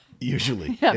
usually